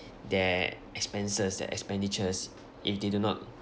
their expenses their expenditures if they do not